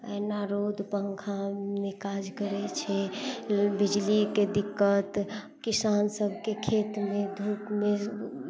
एना रौद पंखामे काज करै छै बिजलीके दिक्कत किसान सभके खेतमे धूपमे